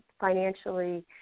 financially